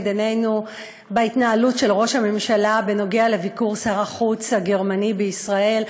עינינו בהתנהלות של ראש הממשלה לגבי הביקור שר החוץ הגרמני בישראל.